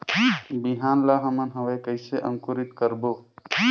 बिहान ला हमन हवे कइसे अंकुरित करबो?